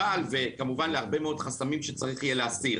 וכמובן להסיר הרבה מאוד חסמים שצריך להסיר,